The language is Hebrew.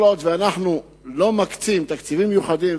כל עוד אנחנו לא מקצים תקציבים מיוחדים,